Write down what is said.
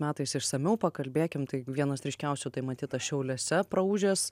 metais išsamiau pakalbėkim tai vienas ryškiausių tai matytas šiauliuose praūžęs